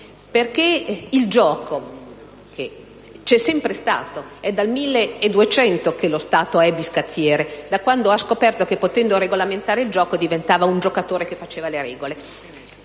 Infatti il gioco c'è sempre stato (è dal 1200 che lo Stato è biscazziere, da quando ha scoperto che potendo regolamentare il gioco diventava un giocatore che faceva le regole),